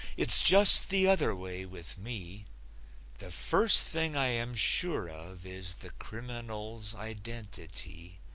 it's just the other way with me the first thing i am sure of is the criminal's identity,